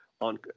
on